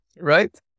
Right